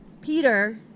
Peter